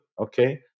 Okay